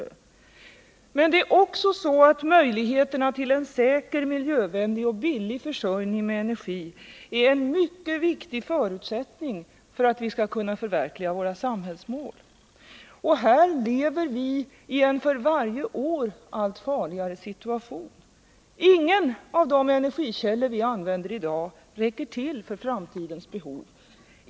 Men möjligheterna till en säker, miljövänlig och billig försörjning med energi är också en mycket viktig förutsättning för att vi skall kunna förverkliga våra mål för samhällsutvecklingen. Och här lever vi i en för varje år allt farligare situation. Ingen av de energikällor som vi i dag använder räcker till för framtidens behov.